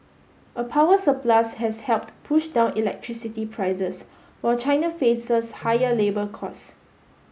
a power surplus has helped push down electricity prices while China faces higher labour cost